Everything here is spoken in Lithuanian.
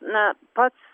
na pats